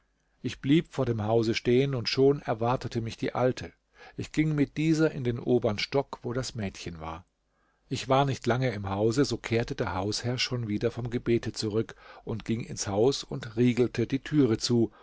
ich blieb vor dem hause stehen und schon erwartete mich die alte ich ging mit dieser in den obern stock wo das mädchen war ich war nicht lange im hause so kehrte der hausherr schon wieder vom gebete zurück und ging ins haus und riegelte die türe zu